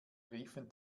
riefen